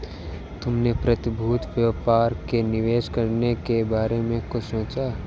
तुमने प्रतिभूति व्यापार में निवेश करने के बारे में कुछ सोचा?